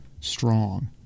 strong